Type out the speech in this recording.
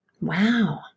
Wow